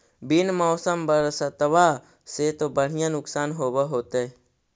बिन मौसम बरसतबा से तो बढ़िया नुक्सान होब होतै?